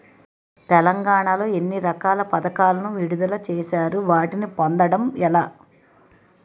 తెలంగాణ లో ఎన్ని రకాల పథకాలను విడుదల చేశారు? వాటిని పొందడం ఎలా?